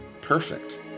perfect